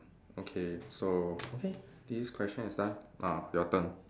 okay so okay this question is done ah your turn